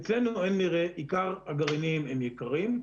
ואצלנו אין מרעה ועיקר הגרעינים יקרים.